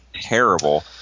Terrible